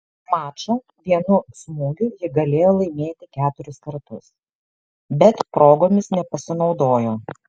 mačą vienu smūgiu ji galėjo laimėti keturis kartus bet progomis nepasinaudojo